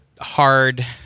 hard